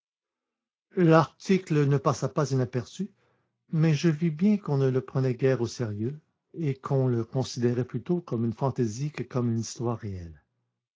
l'article ne passa pas inaperçu mais je vis bien qu'on ne le prenait guère au sérieux et qu'on le considérait plutôt comme une fantaisie que comme une histoire réelle